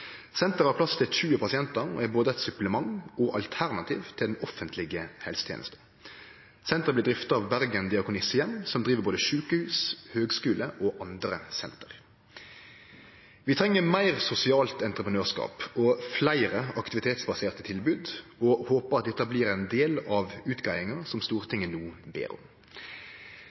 Senteret har plass til 20 pasientar og er både eit supplement og eit alternativ til den offentlege helsetenesta. Senteret blir drifta av Bergen Diakonissehjem, som driv både sjukehus, høgskule og andre senter. Vi treng meir sosialt entreprenørskap og fleire aktivitetsbaserte tilbod og håpar at dette blir ein del av utgreiinga som Stortinget no ber om.